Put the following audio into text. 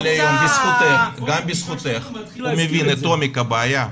בזכותך, גם בזכותך, הוא מבין את עומק הבעיה.